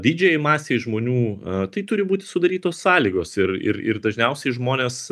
didžiajai masei žmonių tai turi būti sudarytos sąlygos ir ir ir dažniausiai žmonės